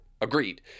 agreed